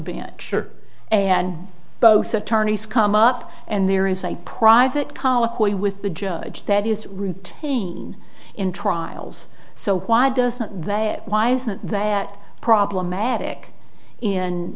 or and both attorneys come up and there is a private colloquy with the judge that is routine in trials so why doesn't that why isn't that problematic